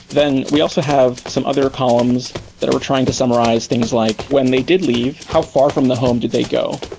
then we also have some other columns that we're trying to summarize things like when they did leave, how far from the home did they go?